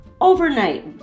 overnight